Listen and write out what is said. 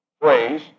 phrase